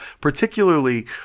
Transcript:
particularly